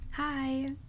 Hi